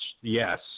Yes